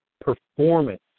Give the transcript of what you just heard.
performance